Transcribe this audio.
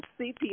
CPS